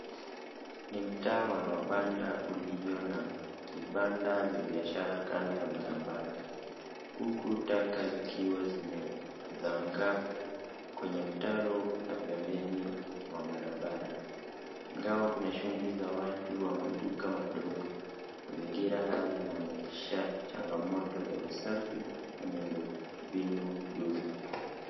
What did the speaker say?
Huu ni mtaa wa mabanda ulio na banda vya biashara katika upande wa barabara. Huku taka zikiwazimezangaa kwenye mtaro wa pembeni wa barabara, ingawa kuna shughuli za maduka ya watu wadogo. Mazingira haya yanaonyesha changamoto za usafi.